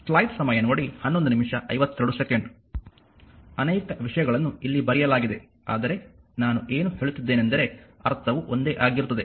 ಅನೇಕ ವಿಷಯಗಳನ್ನು ಇಲ್ಲಿ ಬರೆಯಲಾಗಿದೆ ಆದರೆ ನಾನು ಏನು ಹೇಳುತ್ತಿದ್ದೇನೆಂದರೆ ಅರ್ಥವು ಒಂದೇ ಆಗಿರುತ್ತದೆ